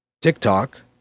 TikTok